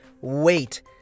wait